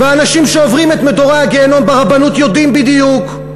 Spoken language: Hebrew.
ואנשים שעוברים את מדורי הגיהינום ברבנות יודעים בדיוק.